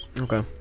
Okay